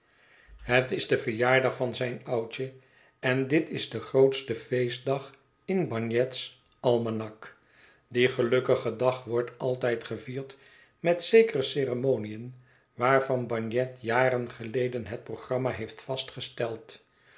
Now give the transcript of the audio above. het is de verjaardag van zijn oudje en dit is de grootste feestdag in bagnet's almanak die gelukkige dag wordt altijd gevierd met zekere ceremoniën waarvan bagnet jaren geleden het programma heeft vastgesteld